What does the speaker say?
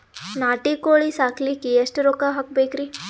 ನಾಟಿ ಕೋಳೀ ಸಾಕಲಿಕ್ಕಿ ಎಷ್ಟ ರೊಕ್ಕ ಹಾಕಬೇಕ್ರಿ?